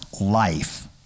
life